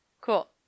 Cool